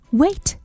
wait